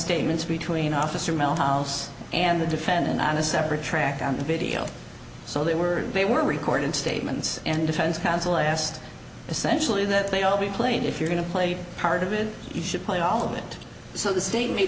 statements between officer mel house and the defendant on a separate track on the video so they were they were recording statements and defense counsel asked essentially that they all be played if you're going to play part of it you should play all of it so the state ma